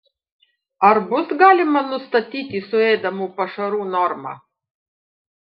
ar bus galima nustatyti suėdamų pašarų normą